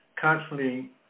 constantly